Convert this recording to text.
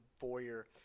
foyer